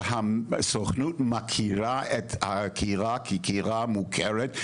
שהסוכנות מכירה את הגירה כגירה מוכרת,